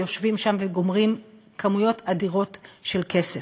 ויושבים שם וגומרים כמויות אדירות של כסף.